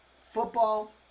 football